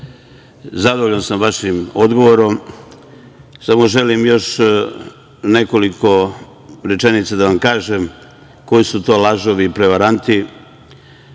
Zadovoljan sam vašim odgovorom. Samo želim još nekoliko rečenica da vam kažem, koji su to lažovi i prevaranti.